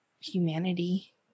humanity